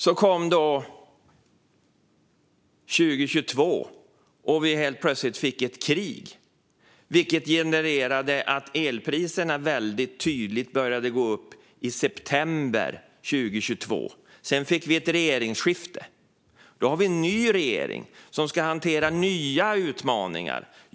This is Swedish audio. Sedan kom 2022, då vi helt plötsligt fick ett krig. Det gjorde att elpriserna väldigt tydligt började gå upp i september 2022. Sedan fick vi ett regeringsskifte, och sedan dess har vi en ny regering som ska hantera nya utmaningar.